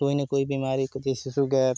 कोई ना कोई बीमारी जैसे सूगर